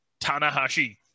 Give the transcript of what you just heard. Tanahashi